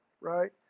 right